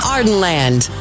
Ardenland